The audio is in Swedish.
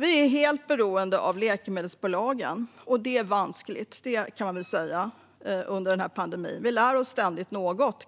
Vi är helt beroende av läkemedelsbolagen, och pandemin har visat att det är vanskligt. Dock lär vi oss ständigt något.